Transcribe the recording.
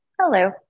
Hello